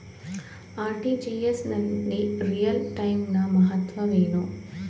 RTGS ನಲ್ಲಿ real time ನ ಮಹತ್ವವೇನು?